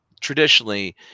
traditionally